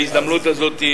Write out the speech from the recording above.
בהזדמנות הזאת,